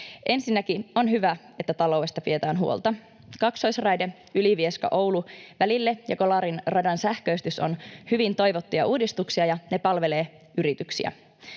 Ensinnäkin on hyvä, että taloudesta pidetään huolta. Kaksoisraide Ylivieska—Oulu-välille ja Kolarin radan sähköistys ovat hyvin toivottuja uudistuksia, ja ne palvelevat yrityksiä.